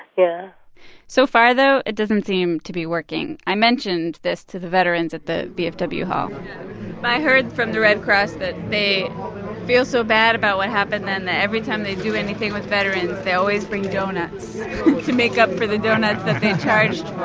yeah so far, though, it doesn't seem to be working. i mentioned this to the veterans at the vfw hall i heard from the red cross that they feel so bad about what happened then that every time they do anything with veterans they always bring donuts to make up for the donuts that they charged for